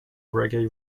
reggae